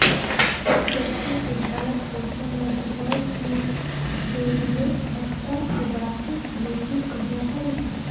व्यक्ति के भरण पोषण लगी वर्ष में देबले भत्ता के वार्षिक भृति कहो हइ